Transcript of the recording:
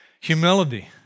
Humility